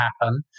happen